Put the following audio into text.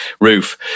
roof